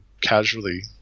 casually